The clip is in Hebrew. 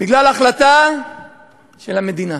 בגלל החלטה של המדינה.